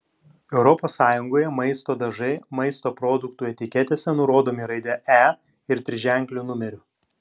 europos sąjungoje maisto dažai maisto produktų etiketėse nurodomi raide e ir triženkliu numeriu